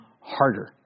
harder